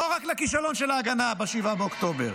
לא רק לכישלון של ההגנה ב-7 באוקטובר,